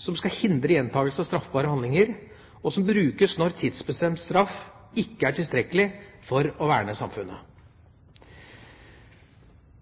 som skal hindre gjentakelse av straffbare handlinger, og som brukes når tidsbestemt straff ikke er tilstrekkelig for å verne samfunnet.